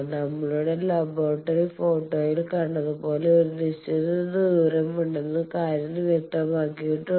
നമ്മളുടെ ലബോറട്ടറി ഫോട്ടോയിൽ കണ്ടതുപോലെ ഒരു നിശ്ചിത ദൂരമുണ്ടെന്ന കാര്യം വ്യക്തമാക്കിയിട്ടുണ്ട്